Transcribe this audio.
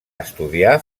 estudiar